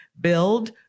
Build